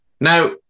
Now